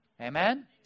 Amen